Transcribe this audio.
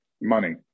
money